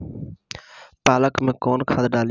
पालक में कौन खाद डाली?